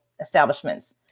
establishments